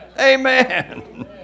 Amen